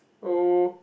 oh